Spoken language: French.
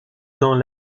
dans